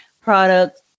product